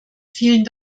vielen